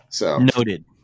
Noted